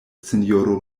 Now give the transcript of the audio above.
sinjoro